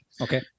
Okay